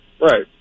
Right